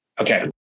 Okay